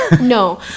No